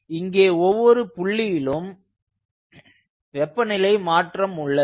இங்கே ஒவ்வொரு புள்ளியிலும் வெப்பநிலை மாற்றம் உள்ளது